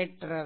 ஏற்றவை